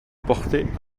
portaient